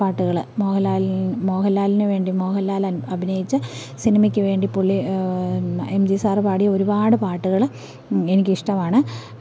പാട്ടുകള് മോഹൻലാൽ മോഹൻലാലിന് വേണ്ടി മോഹൻലാൽ അഭിനയിച്ച സിനിമയ്ക്ക് വേണ്ടി പുള്ളി എം ജി സാറ് പാടിയ ഒരുപാട് പാട്ടുകള് എനിക്കിഷ്ടമാണ്